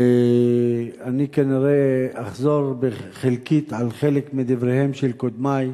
ואני כנראה אחזור על חלק מדבריהם של קודמי,